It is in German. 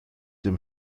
dem